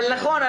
נכון.